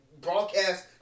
broadcast